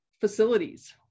facilities